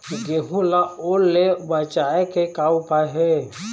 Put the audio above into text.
गेहूं ला ओल ले बचाए के का उपाय हे?